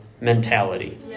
mentality